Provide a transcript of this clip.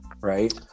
right